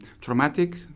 traumatic